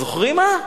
זוכרים מה?